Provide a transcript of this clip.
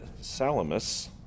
Salamis